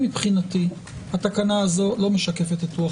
מבחינתי התקנה הזאת לא משקפת את רוח